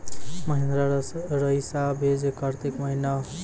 महिंद्रा रईसा बीज कार्तिक महीना?